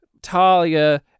Talia